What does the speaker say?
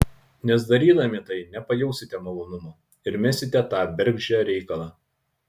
nes darydami tai nepajausite malonumo ir mesite tą bergždžią reikalą